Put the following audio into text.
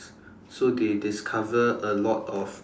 so they discover a lot of